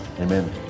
Amen